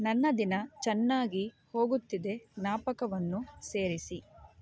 ನನ್ನ ದಿನ ಚೆನ್ನಾಗಿ ಹೋಗುತ್ತಿದೆ ಜ್ಞಾಪಕವನ್ನು ಸೇರಿಸಿ